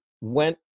went